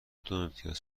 دوامتیاز